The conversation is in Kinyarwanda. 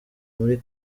muri